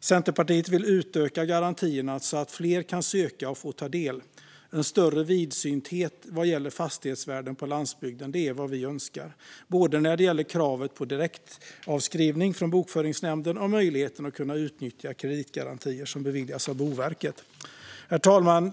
Centerpartiet vill utöka garantierna så att fler kan söka och ta del av dem. En större vidsynthet vad gäller fastighetsvärden på landsbygden är vad vi önskar, både när det gäller kravet på direktavskrivning från bokföringsnämnden och möjligheten att utnyttja kreditgarantier som beviljas av Boverket. Herr talman!